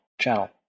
channel